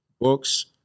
Books